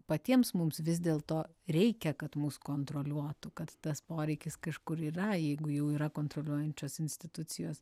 patiems mums vis dėl to reikia kad mus kontroliuotų kad tas poreikis kažkur yra jeigu jau yra kontroliuojančios institucijos